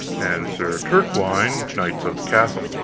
and sir turquine, knights of the castle,